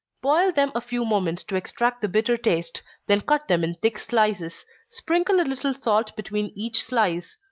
boil them a few moments to extract the bitter taste then cut them in thick slices sprinkle a little salt between each slice.